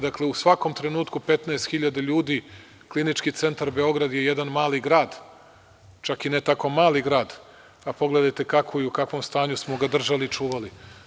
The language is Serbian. Dakle, u svakom trenutku 15.000 ljudi Klinički centar Beograd je jedan mali grad, čak i ne tako mali grad, pa pogledajte u kakvom stanju smo ga držali i čuvali.